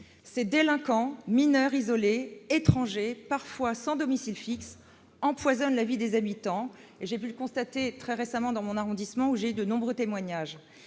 Ces délinquants, mineurs isolés, étrangers, parfois sans domicile fixe, empoisonnent la vie des habitants. J'ai pu le constater très récemment dans mon arrondissement, de nombreux témoignages.